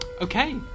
Okay